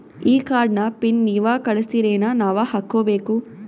ಈ ಕಾರ್ಡ್ ನ ಪಿನ್ ನೀವ ಕಳಸ್ತಿರೇನ ನಾವಾ ಹಾಕ್ಕೊ ಬೇಕು?